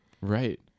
Right